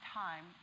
time